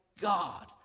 God